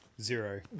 Zero